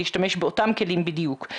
להשתמש באותם כלים בדיוק.